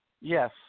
Yes